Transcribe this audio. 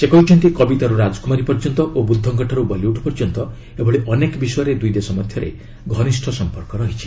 ସେ କହିଛନ୍ତି କବିତାରୁ ରାଜକୁମାରୀ ପର୍ଯ୍ୟନ୍ତ ଓ ବୁଦ୍ଧଙ୍କଠାରୁ ବଲିଉଡ୍ ପର୍ଯ୍ୟନ୍ତ ଏଭଳି ଅନେକ ବିଷୟରେ ଦୁଇଦେଶ ମଧ୍ୟରେ ଘନିଷ୍ଠ ସଂପର୍କ ରହିଛି